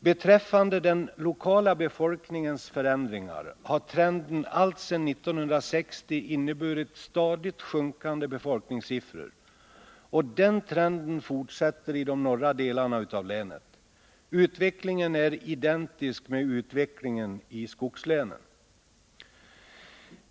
Beträffande den lokala befolkningens förändringar har trenden alltsedan 1960 inneburit stadigt sjunkande befolkningssiffror, och den trenden fortsätter i de norra delarna av länet. Utvecklingen är identisk med utvecklingen i skogslänen.